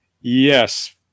Yes